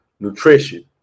Nutrition